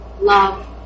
love